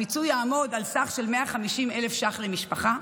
הפיצוי יעמוד על סך 150,000 ש"ח למשפחה,